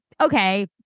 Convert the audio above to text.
okay